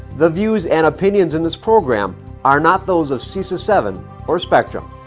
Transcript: the views and opinions in this program are not those of cesa seven or spectrum.